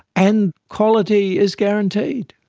and quality is guaranteed.